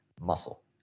muscle